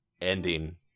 ending